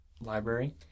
library